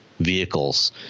Vehicles